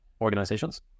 organizations